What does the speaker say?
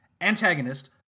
antagonist